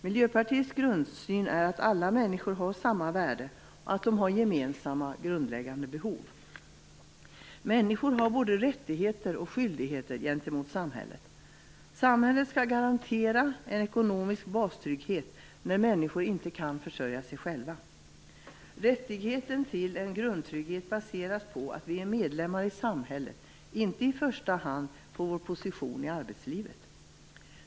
Miljöpartiets grundsyn är att alla människor har samma värde och att de har gemensamma grundläggande behov. Människor har både rättigheter och skyldigheter gentemot samhället. Samhället skall garantera en ekonomisk bastrygghet när människor inte kan försörja sig själva. Rättigheten till en grundtrygghet baseras på att vi är medlemmar i samhället, inte i första hand på vår position i arbetslivet.